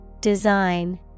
Design